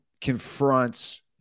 confronts